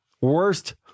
Worst